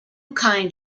kind